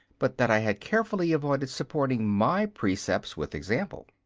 but that i had carefully avoided supporting my precepts with example.